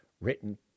written